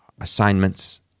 assignments